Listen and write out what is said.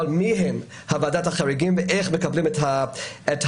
אבל מי הם ועדת החריגים ואיך מקבלים את התשובות?